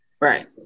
Right